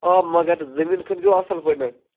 آ مگر زٔمیٖن کھٔنۍ زیو اَصٕل پٲٹھۍ